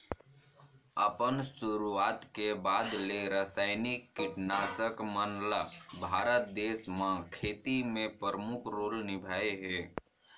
अपन शुरुआत के बाद ले रसायनिक कीटनाशक मन ल भारत देश म खेती में प्रमुख रोल निभाए हे